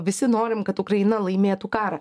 visi norim kad ukraina laimėtų karą